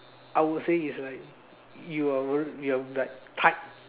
I will say is like you are real~ you are like tied